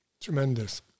Tremendous